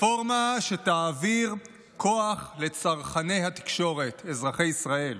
רפורמה שתעביר כוח לצרכני התקשורת, אזרחי ישראל.